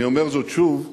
אני אומר זאת, שוב,